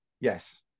Yes